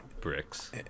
bricks